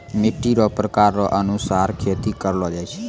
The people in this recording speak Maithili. मिट्टी रो प्रकार रो अनुसार खेती करलो जाय छै